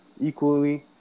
equally